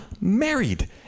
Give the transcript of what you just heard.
married